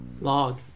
Log